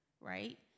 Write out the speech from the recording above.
right